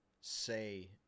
say